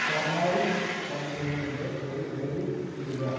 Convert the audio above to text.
കർണാടിക് സംഗീതത്തിൻ്റെ ഒരു പ്ലേലിസ്റ്റ് ഇടുക